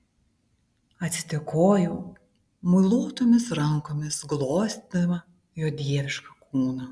atsidėkojau muiluotomis rankomis glostydama jo dievišką kūną